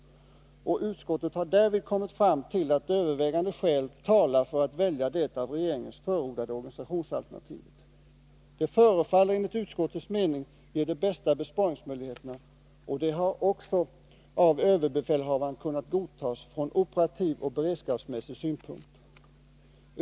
Utskottet har därvid kommit fram till att övervägande skäl talar för att välja det av regeringen förordade organisationsalternativet. Det förefaller enligt utskottets mening ge de bästa besparingsmöjligheterna. Det har också av överbefälhavaren kunnat godtas från operativ och beredskapsmässig synpunkt.